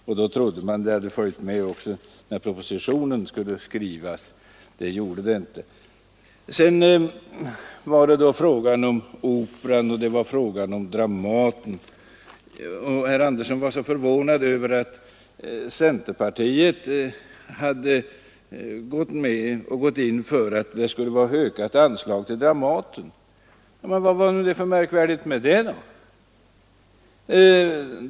Man trodde då att det skulle stå främst även i propositionen, men så blev inte fallet. Herr Andersson var förvånad över att centerpartiet hade föreslagit ett ökat anslag till Dramaten. Vad är det för märkvärdigt med det?